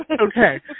Okay